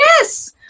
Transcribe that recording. Yes